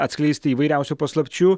atskleisti įvairiausių paslapčių